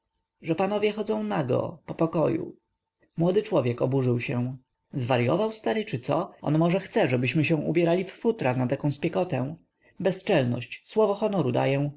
że panowie chodzą nago po pokoju młody człowiek oburzył się zwaryował stary czy co on może chce żebyśmy się ubierali w futra na taką spiekotę bezczelność słowo honoru daję